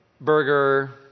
burger